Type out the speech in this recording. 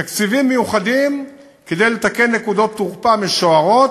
תקציבים מיוחדים כדי לתקן נקודות תורפה משוערות,